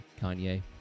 Kanye